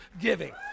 giving